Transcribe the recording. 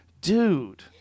dude